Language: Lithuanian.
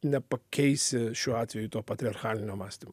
nepakeisi šiuo atveju to patriarchalinio mąstymo